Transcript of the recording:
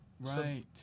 right